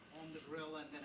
the grill, and